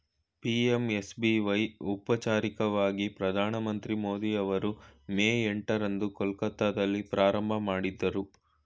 PMSBY ಔಪಚಾರಿಕವಾಗಿ ಪ್ರಧಾನಮಂತ್ರಿ ಮೋದಿ ಅವರು ಮೇ ಎಂಟ ರಂದು ಕೊಲ್ಕತ್ತಾದಲ್ಲಿ ಪ್ರಾರಂಭಮಾಡಿದ್ರು